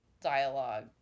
dialogue